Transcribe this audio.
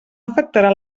afectarà